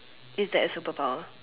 is that a super power